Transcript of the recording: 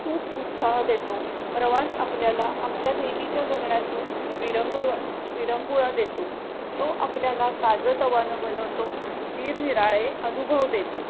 खूप उत्साह देतो प्रवास आपल्याला आपल्या नेहमीच्या जगण्यातून विरंगुळ विरंगुळा देतो तो आपल्याला ताजंतवानं बनवतो निरनिराळे अनुभव देतो